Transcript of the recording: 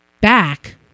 back